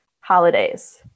holidays